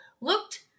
looked